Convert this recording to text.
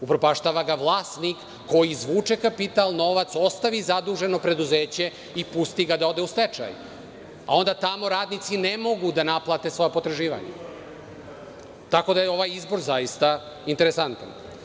Upropaštava ga vlasnik koji izvuče kapital, novac ostavi za zaduženo preduzeće i pusti ga da ode u stečaj, a onda tamo radnici ne mogu da naplate svoja potraživanja, tako da je ovaj izbor zaista interesantan.